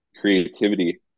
creativity